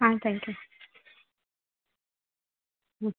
ah thank you ம்